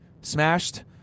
smashed